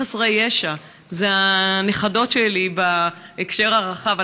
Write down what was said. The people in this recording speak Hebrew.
הם חסרי ישע, אלה הנכדות שלי, בהקשר הרחב.